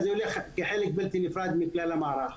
זה יהיה כחלק בלתי נפרד מכלל המערך,